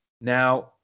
Now